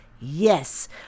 Yes